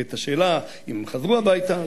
ואת השאלה אם הם חזרו הביתה,